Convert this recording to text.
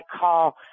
call